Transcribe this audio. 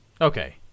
Okay